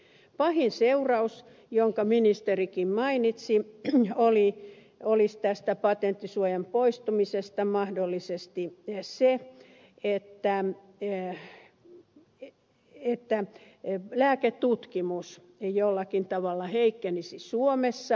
pahin seuraus jonka ministerikin mainitsi olisi patenttisuojan poistumisesta mahdollisesti se että lääketutkimus jollakin tavalla heikkenisi suomessa